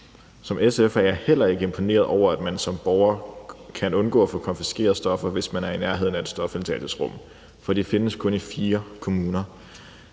Som SF'er er jeg heller ikke imponeret over, at man som borger kan undgå at få konfiskeret stoffer, hvis man er i nærheden af et stofindtagelsesrum, for de findes kun i fire kommuner.